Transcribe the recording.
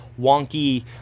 wonky